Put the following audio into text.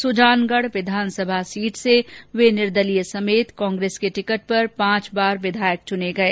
सुजानगढ़ विधानसभा सीट से वे निर्दलीय समेत कांग्रेस के टिकट पर पांच बार विधायक चुने गये